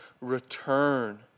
Return